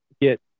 get